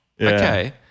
okay